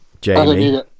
Jamie